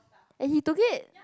and he took it